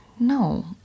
No